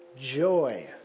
joy